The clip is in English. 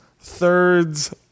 thirds